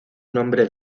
nombre